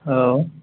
औ